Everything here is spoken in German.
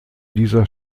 dieser